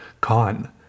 con